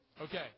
Okay